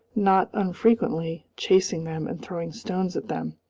not unfrequently chasing them and throwing stones at them.